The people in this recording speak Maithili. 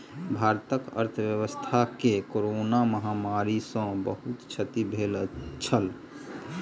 भारतक अर्थव्यवस्था के कोरोना महामारी सॅ बहुत क्षति भेल छल